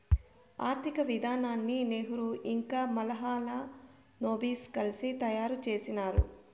ఆర్థిక విధానాన్ని నెహ్రూ ఇంకా మహాలనోబిస్ కలిసి తయారు చేసినారు